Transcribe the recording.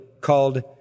called